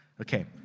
Okay